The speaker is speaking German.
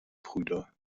brüder